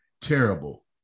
terrible